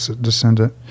descendant